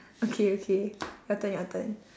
okay okay your turn your turn